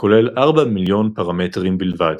הכולל 4 מיליון פרמטרים בלבד.